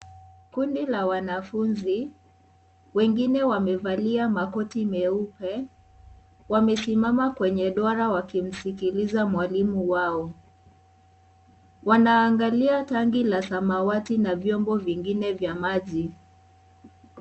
Kundi la wanafunzi wengine wamevalia makoti meupe, wamesimama Kwenye duara wakisikiliza mwamlimu wao. Wanaatanglia tankinya samawati na vyombo vingine vya maji.